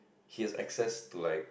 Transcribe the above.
he has access to like